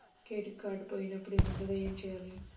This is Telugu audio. క్రెడిట్ కార్డ్ పోయినపుడు ముందుగా ఏమి చేయాలి?